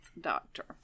doctor